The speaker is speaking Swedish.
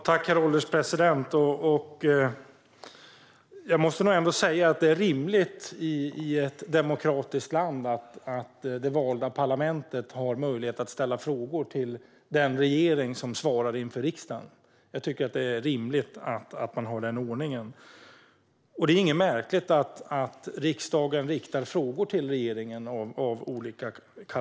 Herr ålderspresident! Jag måste ändå säga att det i ett demokratiskt land är rimligt att det valda parlamentet har möjlighet att ställa frågor till den regering som svarar inför riksdagen. Jag tycker att det är rimligt att man har den ordningen. Det är ingenting märkligt med att riksdagen riktar frågor av olika karaktär till regeringen.